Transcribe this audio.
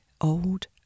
old